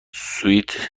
سویت